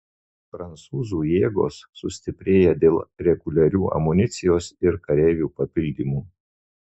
prancūzų jėgos sustiprėja dėl reguliarių amunicijos ir kareivių papildymų